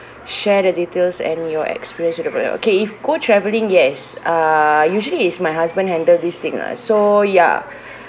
share the details and your experience on the product K if go travelling yes uh usually is my husband handle this thing lah so ya